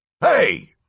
Hey